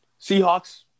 seahawks